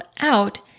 out